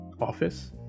office